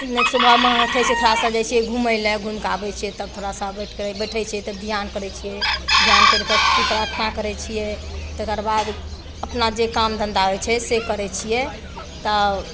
नहि सुबहमे उठै छियै उठाके जाइ छियै घुमै लए घुमि कए आबै छियै तब थोड़ा सा बैठ कए बैठै छियै तब धिआन करै छियै धिआन करि कऽ फिर प्रार्थना करैत छियै तेकरबाद अपना जे काम धन्धा होइत छै से करैत छियै तब